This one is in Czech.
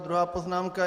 Druhá poznámka.